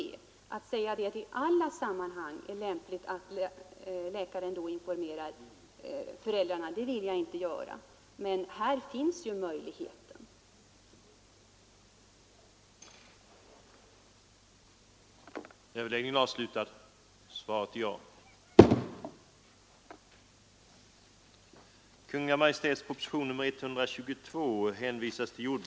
Jag vill inte säga att det i alla sammanhang är lämpligt att läkaren informerar föräldrarna, men möjligheten finns.